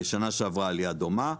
בשנה שעברה עלייה דומה,